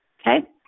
okay